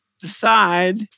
decide